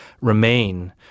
remain